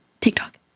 TikTok